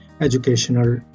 Educational